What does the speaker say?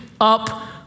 up